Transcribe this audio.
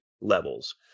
levels